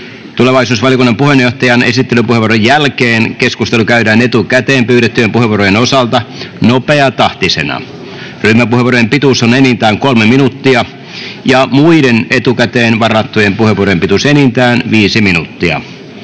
Tulevaisuusvaliokunnan puheenjohtajan esittelypuheenvuoron jälkeen keskustelu käydään etukäteen pyydettyjen puheenvuorojen osalta nopeatahtisena. Ryhmäpuheenvuorojen pituus on enintään 3 minuuttia ja muiden etukäteen varattujen puheenvuorojen pituus enintään 5 minuuttia.